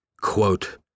quote